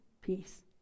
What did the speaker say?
peace